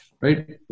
right